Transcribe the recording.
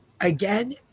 again